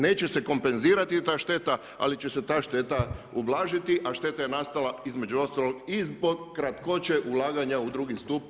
Neće se kompenzirati ta šteta, ali će se ta šteta ublažiti, a šteta je nastala između ostalog i zbog kratkoće ulaganja u drugi stup.